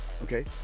Okay